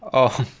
oh